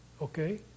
Okay